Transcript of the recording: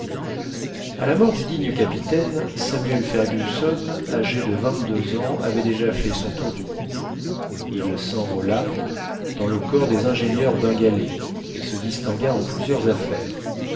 a la mort du digne capitaine samuel fergusson âgé de vingt-deux ans avait déjà fait son tour du monde il s'enrôla dans le corps des ingénieurs bengalais et se distingua en plusieurs affaires